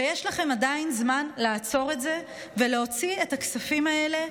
ויש לכם עדיין זמן לעצור את זה ולהוציא את הכספים האלה,